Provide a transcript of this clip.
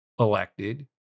Elected